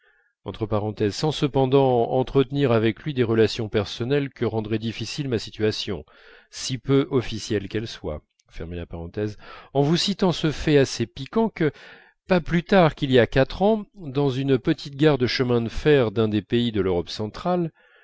cependant entretenir avec lui des relations personnelles que rendrait difficiles ma situation si peu officielle qu'elle soit en vous citant ce fait assez piquant que pas plus tard qu'il y a quatre ans dans une petite gare de chemins de fer d'un des pays de l'europe